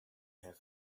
have